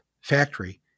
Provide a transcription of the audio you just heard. factory